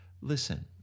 Listen